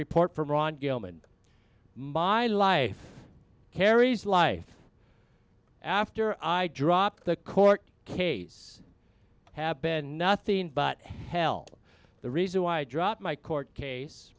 report from ron goldman my life carries life after i drop the court case have been nothing but hell the reason why i dropped my court case